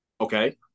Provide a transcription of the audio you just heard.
Okay